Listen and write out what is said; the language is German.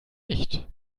nicht